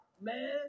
man